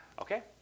Okay